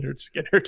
Skinner